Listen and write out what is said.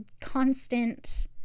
constant